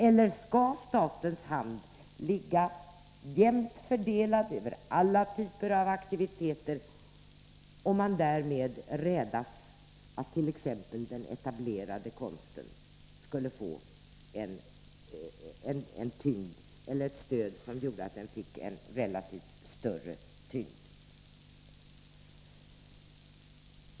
Eller skall statens hand ligga jämnt fördelad över alla typer av aktiviteter, på grund av att man räds att t.ex. den etablerade konsten annars skulle få ett stöd som gjorde att den fick en relativt större tyngd?